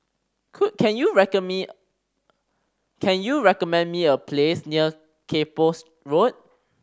could can you me can you recommend me a place near Kay Poh's Road